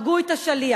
הרגו את השליח.